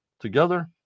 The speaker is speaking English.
together